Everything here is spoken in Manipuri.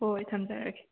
ꯍꯣꯏ ꯊꯝꯖꯔꯒꯦ